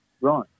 right